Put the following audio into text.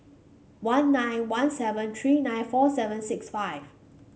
one nine one seven three nine four seven six five